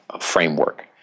framework